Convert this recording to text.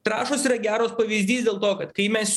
trąšos yra geros pavyzdys dėl to kad kai mes